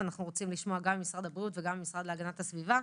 אנחנו רוצים לשמוע גם את משרד הבריאות וגם את המשרד להגנת הסביבה.